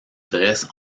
dressent